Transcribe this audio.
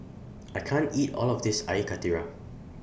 I can't eat All of This Air Karthira